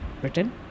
Britain